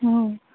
हो